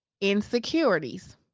Insecurities